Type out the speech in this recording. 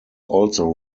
also